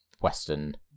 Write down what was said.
Western